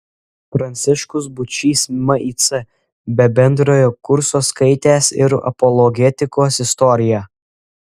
pranciškus būčys mic be bendrojo kurso skaitęs ir apologetikos istoriją